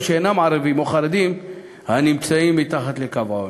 שאינם ערבים או חרדים הנמצאים מתחת לקו העוני,